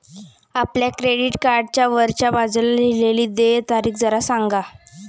आपल्या क्रेडिट कार्डच्या वरच्या बाजूला लिहिलेली देय तारीख जरा सांगा